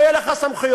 לא יהיו לך סמכויות.